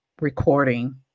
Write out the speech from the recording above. recording